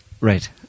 Right